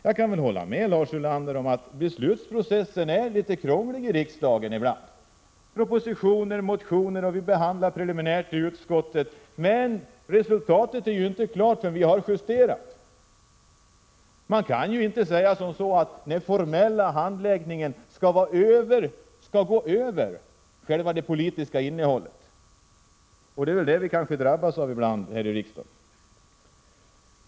Jag kan hålla med Lars Ulander om att beslutsprocessen i riksdagen är litet krånglig ibland: Propositioner, motioner, preliminär behandling i utskott osv. — men resultatet är inte klart förrän vi har justerat. Den formella handläggningen kan inte få vara viktigare än själva det politiska innehållet. Det är det vi kanske drabbas av ibland här i riksdagen.